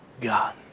God